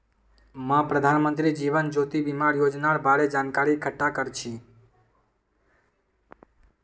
मी प्रधानमंत्री जीवन ज्योति बीमार योजनार बारे जानकारी इकट्ठा कर छी